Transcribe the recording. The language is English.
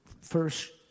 first